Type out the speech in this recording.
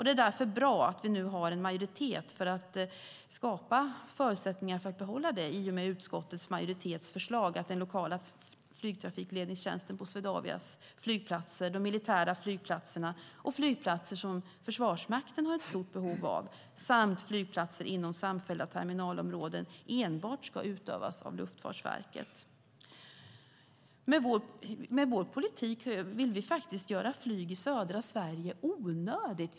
Det är därför bra att vi nu har en majoritet för att skapa förutsättningar för att behålla det. Utskottets majoritets förslag är att den lokala flygtrafikledningstjänsten på Swedavias flygplatser, de militära flygplatserna och flygplatser som Försvarsmakten har ett stort behov av samt flygplatser inom samfällda terminalområden enbart ska utövas av Luftfartsverket. Med vår politik vill vi göra flyg i södra Sverige onödigt.